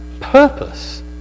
purpose